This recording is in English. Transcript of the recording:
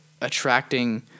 attracting